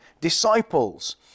disciples